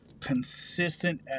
Consistent